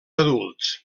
adults